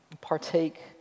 partake